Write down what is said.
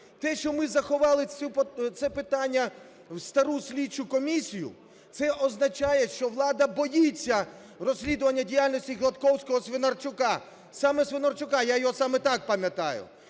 Те, що ми заховали це питання в стару слідчу комісію, це означає, що влада боїться розслідування діяльності Гладковського (Свинарчука). Саме Свинарчука, я його саме так пам'ятаю.